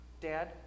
Dad